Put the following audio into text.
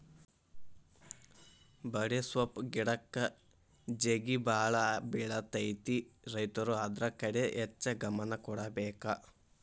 ಬಡೆಸ್ವಪ್ಪ್ ಗಿಡಕ್ಕ ಜೇಗಿಬಾಳ ಬಿಳತೈತಿ ರೈತರು ಅದ್ರ ಕಡೆ ಹೆಚ್ಚ ಗಮನ ಕೊಡಬೇಕ